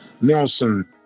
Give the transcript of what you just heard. Nelson